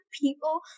people